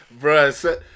Bruh